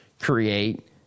create